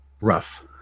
rough